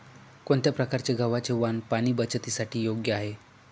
कोणत्या प्रकारचे गव्हाचे वाण पाणी बचतीसाठी योग्य आहे?